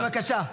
בבקשה.